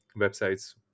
websites